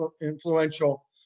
influential